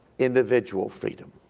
individual freedom.